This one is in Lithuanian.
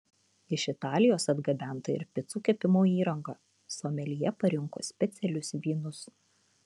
iš italijos atgabenta ir picų kepimo įranga someljė parinko specialius vynus